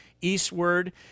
eastward